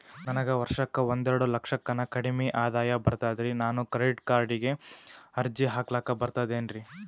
ನನಗ ವರ್ಷಕ್ಕ ಒಂದೆರಡು ಲಕ್ಷಕ್ಕನ ಕಡಿಮಿ ಆದಾಯ ಬರ್ತದ್ರಿ ನಾನು ಕ್ರೆಡಿಟ್ ಕಾರ್ಡೀಗ ಅರ್ಜಿ ಹಾಕ್ಲಕ ಬರ್ತದೇನ್ರಿ?